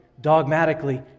dogmatically